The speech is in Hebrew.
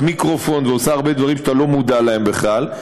מיקרופון ועושה הרבה דברים שאתה לא מודע להם בכלל,